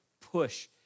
push